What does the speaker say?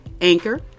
Anchor